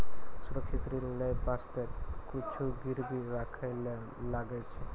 सुरक्षित ऋण लेय बासते कुछु गिरबी राखै ले लागै छै